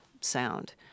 sound